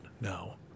now